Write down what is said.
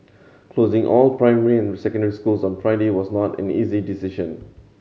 closing all primary and secondary schools on Friday was not an easy decision